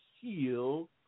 heal